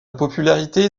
popularité